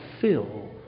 fill